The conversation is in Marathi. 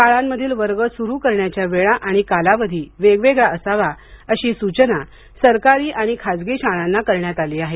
शाळांमधील वर्ग सुरू करण्याच्या वेळा आणि कालावधी वेगवेगळा असावा अशी सूचना सरकारी आणि खासगी शाळांना करण्यात आली आहे